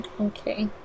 okay